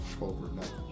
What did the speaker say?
overnight